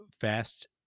fast